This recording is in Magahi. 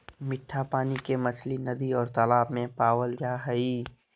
मिट्ठा पानी के मछली नदि और तालाब में पावल जा हइ